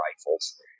rifles